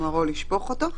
כלומר לשפוך אותו.